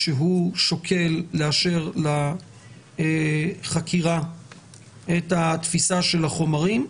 כשהוא שוקל לאשר לחקירה את התפיסה של החומרים,